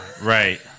Right